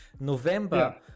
November